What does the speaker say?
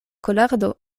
kolardo